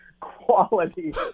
quality